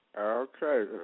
Okay